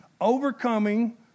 Overcoming